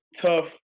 tough